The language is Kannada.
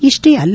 ಇಷ್ನೇ ಅಲ್ಲ